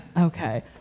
Okay